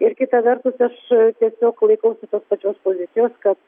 ir kita vertus aš tiesiog laikausi tos pačios pozicijos kad